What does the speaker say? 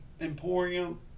Emporium